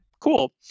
Cool